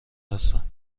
هستند